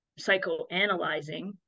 psychoanalyzing